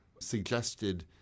suggested